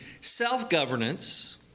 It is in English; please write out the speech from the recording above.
self-governance